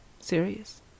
serious